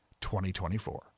2024